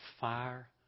fire